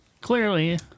clearly